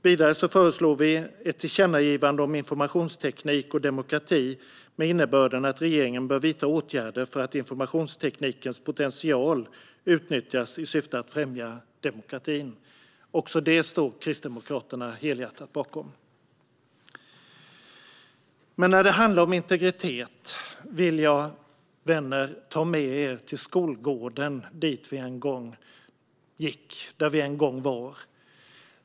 Vidare föreslår vi ett tillkännagivande om informationsteknik och demokrati med innebörden att regeringen bör vidta åtgärder för att informationsteknikens potential ska utnyttjas i syfte att främja demokratin. Också detta står Kristdemokraterna helhjärtat bakom. När det handlar om integritet vill jag, vänner, ta med er till skolgården där vi en gång var.